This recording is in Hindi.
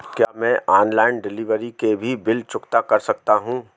क्या मैं ऑनलाइन डिलीवरी के भी बिल चुकता कर सकता हूँ?